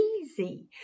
easy